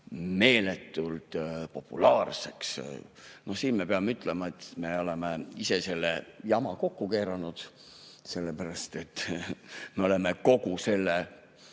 meeletult populaarseks. Peame ütlema, et me oleme ise selle jama kokku keeranud, sellepärast et me oleme kogu selle